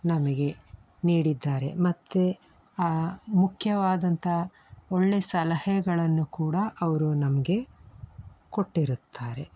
ನಮಗೆ ನೀಡಿದ್ದಾರೆ ಮತ್ತು ಮುಖ್ಯವಾದಂಥ ಒಳ್ಳೆಯ ಸಲಹೆಗಳನ್ನು ಕೂಡ ಅವರು ನಮಗೆ ಕೊಟ್ಟಿರುತ್ತಾರೆ